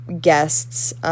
guests